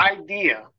idea